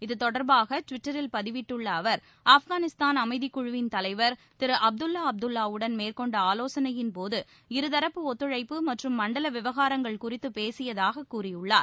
இது தொடர்பாக ட்விட்டரில் பதிவிட்டுள்ள அவர் ஆப்கானிஸ்தான் அமைதிக்குழுவின் தலைவர் திரு அப்துல்லா அப்துல்லாவுடன் மேற்கொண்ட ஆலோசனையின் போது இரு தரப்பு ஒத்துழைப்பு மற்றும் மண்டல விவகாரங்கள் குறித்து பேசியதாக கூறியுள்ளார்